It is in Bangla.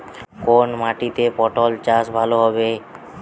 কোন মাটিতে পটল চাষ ভালো হবে?